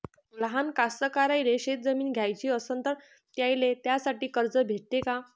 लहान कास्तकाराइले शेतजमीन घ्याची असन तर त्याईले त्यासाठी कर्ज भेटते का?